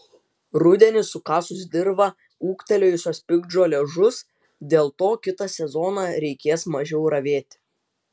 rudenį sukasus dirvą ūgtelėjusios piktžolės žus dėl to kitą sezoną reikės mažiau ravėti